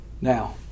Now